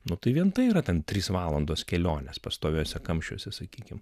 nu tai vien tai yra ten trys valandos kelionės pastoviuose kamščiuose sakykim